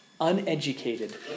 uneducated